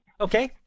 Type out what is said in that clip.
okay